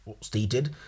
Stated